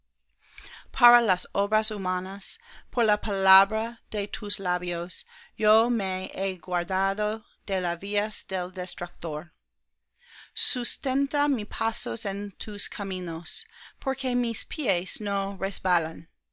para las obras humanas por la palabra de tus labios yo me he guardado de las vías del destructor sustenta mis pasos en tus caminos porque mis pies no resbalen